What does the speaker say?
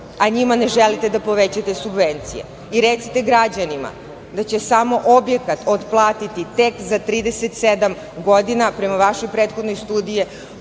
a njima ne želite da povećate subvencije i recite građanima da će samo objekat otplatiti tek za 37 godina, prema vašoj prethodnoj studiji